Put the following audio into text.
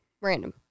Random